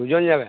দুজন যাবেন